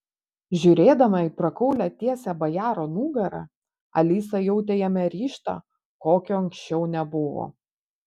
žiūrėdama į prakaulią tiesią bajaro nugarą alisa jautė jame ryžtą kokio anksčiau nebuvo